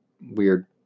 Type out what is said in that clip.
weird